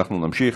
אנחנו נמשיך.